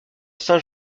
saint